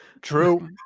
True